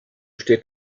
steht